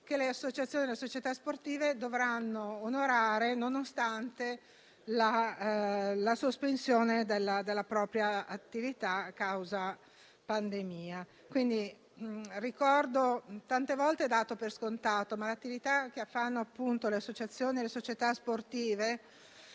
che le associazioni e le società sportive dovranno onorare nonostante la sospensione della propria attività a causa della pandemia. Tante volte è dato per scontato, ma vorrei ricordare che l'attività che svolgono le associazioni e le società sportive